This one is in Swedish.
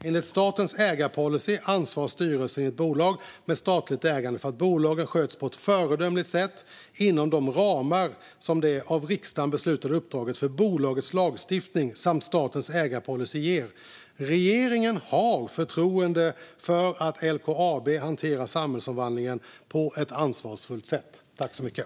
Enligt statens ägarpolicy ansvarar styrelsen i ett bolag med statligt ägande för att bolaget sköts på ett föredömligt sätt inom de ramar som det av riksdagen beslutade uppdraget för bolaget, lagstiftningen samt statens ägarpolicy ger. Regeringen har förtroende för att LKAB hanterar samhällsomvandlingen på ett ansvarsfullt sätt.